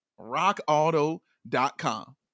RockAuto.com